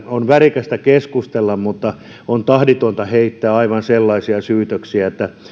on värikästä keskustella mutta on tahditonta heittää aivan sellaisia syytöksiä että